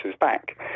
back